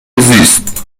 زیست